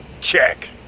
Check